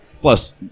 Plus